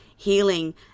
healing